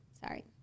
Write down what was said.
sorry